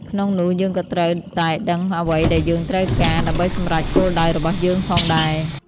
ក្នុងនោះយើងក៏ត្រូវតែដឹងពីអ្វីដែលយើងត្រូវការ ដើម្បីសម្រេចគោលដៅរបស់យើងផងដែរ។